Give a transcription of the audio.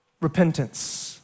Repentance